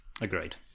Agreed